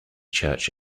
church